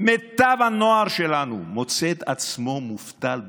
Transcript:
מיטב הנוער שלנו מוצא את עצמו מובטל בבית,